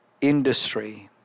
industry